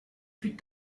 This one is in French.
plus